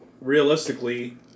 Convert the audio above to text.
realistically